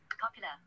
popular